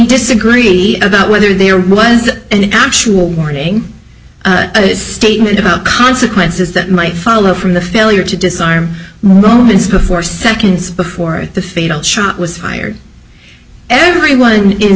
disagree about whether there was an actual warning statement about consequences that might follow from the failure to disarm moments before seconds before the fatal shot was fired everyone is